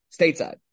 stateside